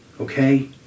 okay